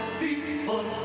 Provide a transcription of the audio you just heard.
people